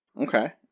Okay